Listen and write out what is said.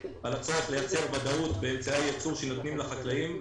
על הצורך לייצר ודאות באמצעי הייצור שנותנים לחקלאים,